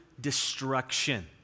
destruction